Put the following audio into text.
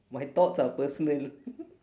my thoughts are personal